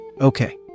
Okay